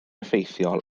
effeithiol